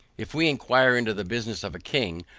if we inquire into the business of a king,